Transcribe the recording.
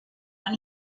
when